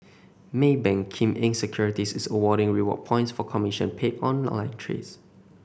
Maybank Kim Eng Securities is awarding reward points for commission paid on online trades